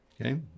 okay